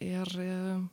ir į